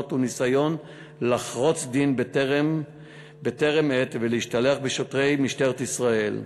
הוא ניסיון לחרוץ דין בטרם עת ולהשתלח בשוטרי משטרת ישראל,